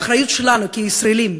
האחריות שלנו כישראלים,